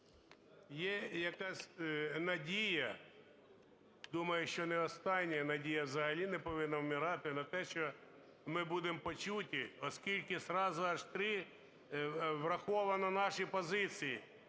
Є якась надія, думаю, що не остання, надія взагалі не повинна вмирати, на те, що ми будемо почуті, оскільки зразу аж три враховано наші позиції.